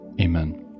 Amen